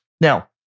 Now